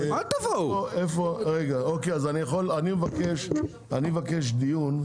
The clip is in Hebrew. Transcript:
אני מבקש דיון,